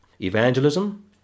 evangelism